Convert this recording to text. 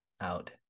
out